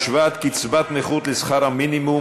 השוואת קצבת נכות לשכר המינימום),